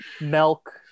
milk